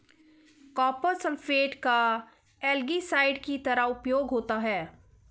copper sulphate का algicide की तरह उपयोग होता है